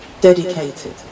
dedicated